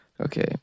okay